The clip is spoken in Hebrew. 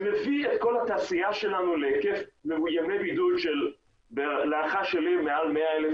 שמביא את כל התעשייה שלנו להיקף ימי בידוד בהנחה שלי של מעל 100,000,